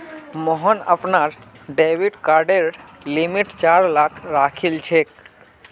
मोहन अपनार डेबिट कार्डेर लिमिट चार लाख राखिलछेक